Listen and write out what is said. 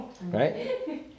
Right